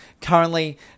currently